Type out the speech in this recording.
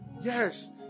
Yes